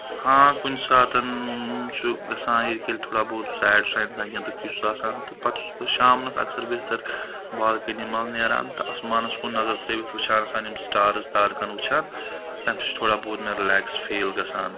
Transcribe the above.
ہاں کُنہِ ساتَن چھُ گژھان ییٚلہِ کہِ تھوڑا بہت سایڈ چھُ آسان اِنسان کینٛہہ دُکھی آسان تہٕ پَتہٕ چھُس بہٕ شامس اکثر بیشتر بالکٲنی منٛز نیران تہٕ اَسمانَس کُن نظر ترٲوِتھ وٕچھان یِم سٹارٕز تارکَن وٕچھان تَمہِ سۭتۍ چھُ تھوڑا بہت مےٚ رِلیکٕس فیٖل گژھان